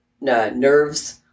nerves